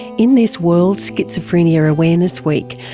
in this world schizophrenia awareness week,